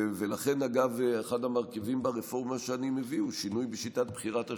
לכן אחד המרכיבים ברפורמה שאני מביא הוא שינוי בשיטת בחירת השופטים,